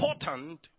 important